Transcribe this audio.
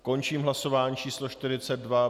Končím hlasování číslo 42.